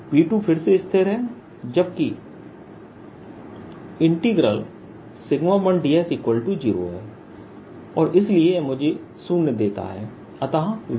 V2फिर से स्थिर है जबकि 1ds0 है और इसलिए यह मुझे शून्य देता है अतः V1q14π0qdQ0